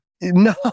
No